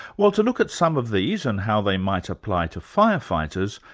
well to look at some of these and how they might apply to firefighters,